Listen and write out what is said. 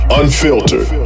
unfiltered